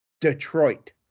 Detroit